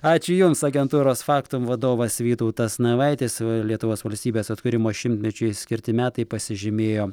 ačiū jums agentūros factum vadovas vytautas navaitis lietuvos valstybės atkūrimo šimtmečiui skirti metai pasižymėjo